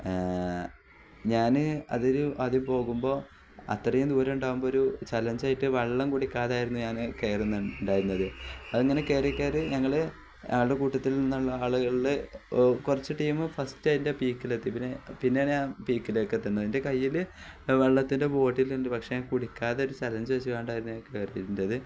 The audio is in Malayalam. ഞാന് അതൊരു ആദ്യം പോകുമ്പോള് അത്രയും ദൂരമുണ്ടാവുമ്പോള് ഒരു ചലഞ്ചായിട്ട് വെള്ളം കുടിക്കാതായിരുന്നു ഞാന് കയറുന്നുണ്ടായിരുന്നത് അതിങ്ങനെ കയറിക്കയറി ഞങ്ങള് അവിടെ കൂട്ടത്തിൽ നിന്നുള്ള ആളുകളില് കുറച്ച് ടീം ഫസ്റ്റ് അതിൻ്റെ പീക്കിലെത്തി പിന്നെ പിന്നെയാണ് ഞാൻ പീക്കിലേക്ക് എത്തുന്നത് എൻ്റെ കയ്യില് വെള്ളത്തിൻ്റെ ബോട്ടിലുണ്ട് പക്ഷേ ഞാൻ കുടിക്കാതൊരു ചലഞ്ച് വച്ചുകൊണ്ടായിരുന്നു ഞാൻ കയറിയത്